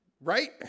Right